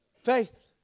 faith